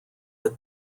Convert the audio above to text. had